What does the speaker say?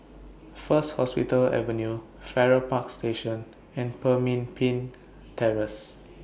First Hospital Avenue Farrer Park Station and Pemimpin Terrace